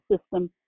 system